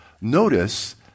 Notice